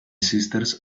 sisters